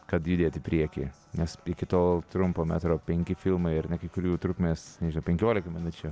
kad judėt į priekį nes iki tol trumpo metro penki filmai ar ne kai kurių trukmės inežinau penkiolika minučių